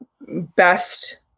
best